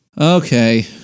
Okay